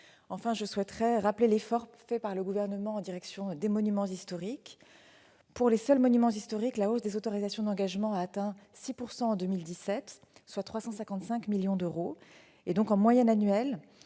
Enfin, je souhaite rappeler l'effort fait par ce gouvernement en direction des monuments historiques. Pour les seuls monuments historiques, la hausse des autorisations d'engagement a atteint 6 % en 2017, soit 355 millions d'euros. En moyenne annuelle,